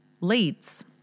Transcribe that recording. leads